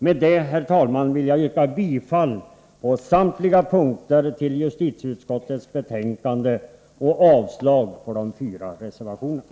Med detta, herr talman, vill jag på samtliga punkter yrka bifall till justitieutskottets hemställan och avslag på de fyra reservationerna.